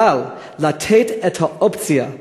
אבל לתת את האופציה,